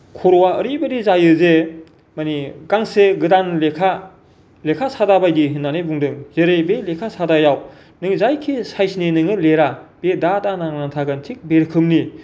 खर'वा ओरैबादि जायो जे माने गांसे गोदान लेखा लेखा सादा बायदि होननानै बुंदों जेरै बे लेखा सादायाव नों जायखि साइज नि नोङो लिरा बे दागआ नांना थागोन थिग बे रोखोमनि